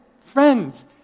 friends